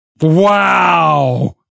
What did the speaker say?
Wow